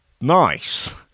Nice